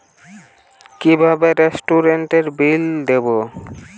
কিভাবে রেস্টুরেন্টের বিল দেবো?